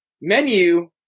menu